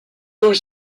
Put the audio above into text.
aux